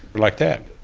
like that